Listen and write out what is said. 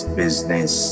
business